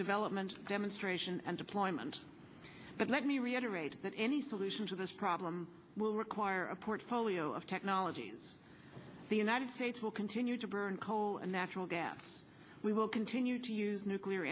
development demonstration and deployment but let me reiterate that any solution to this problem will require a portfolio of technologies the united states will continue to burn coal and natural gas we will continue to use nuclear